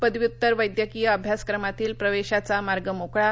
पदव्युत्तर वैद्यकीय अभ्यासक्रमातील प्रवेशाचा मार्ग मोकळा